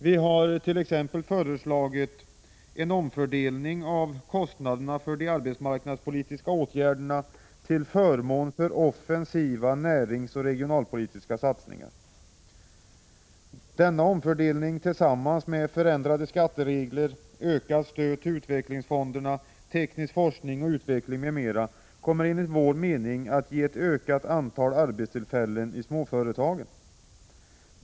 Vi har exempelvis föreslagit en omfördelning av kostnaderna för de arbetsmarknadspolitiska åtgärderna till förmån för offensiva näringsoch regionalpolitiska satsningar. Denna omfördelning tillsammans med förändrade skatteregler, ökat stöd till utvecklingsfonderna, teknisk forskning och utveckling m.m. kommer enligt vår mening att ge ett ökat antal arbetstillfällen i småföretagen.